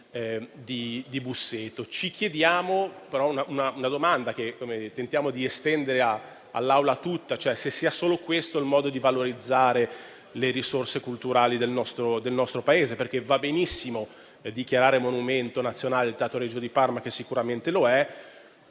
questo punto una domanda, che sentiamo di estendere all'Assemblea tutta: se sia solo questo il modo di valorizzare le risorse culturali del nostro Paese. Va benissimo dichiarare monumento nazionale il Teatro Regio di Parma, che sicuramente lo è,